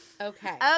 Okay